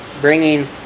bringing